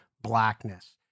blackness